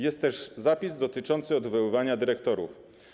Jest też zapis dotyczący odwoływania dyrektorów.